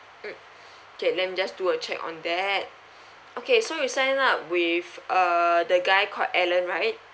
mm okay let me just do a check on that okay so you signed up with uh the guy called alan right